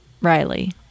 Riley